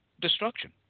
destruction